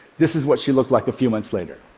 this is what she looked like a few months later.